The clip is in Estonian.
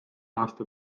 aasta